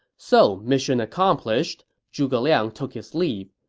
so mission accomplished, zhuge liang took his leave.